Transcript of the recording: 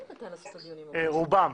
רובן,